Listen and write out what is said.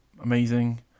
Amazing